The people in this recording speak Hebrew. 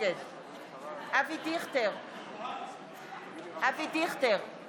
חבר הכנסת ארבל, די, אי-אפשר לקיים את ההצבעה ככה.